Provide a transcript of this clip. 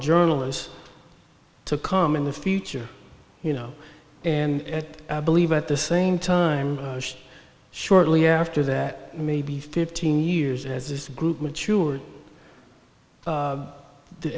journalists to come in the future you know and i believe at the same time shortly after that maybe fifteen years as this group mature